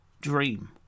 dream